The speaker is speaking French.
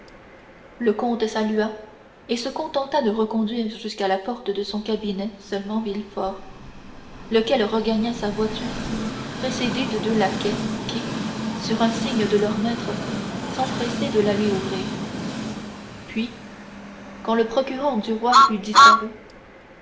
le comte salua et se contenta de reconduire jusqu'à la porte de son cabinet seulement villefort lequel regagna sa voiture précédé de deux laquais qui sur un signe de leur maître s'empressaient de la lui ouvrir puis quand le procureur du roi eut disparu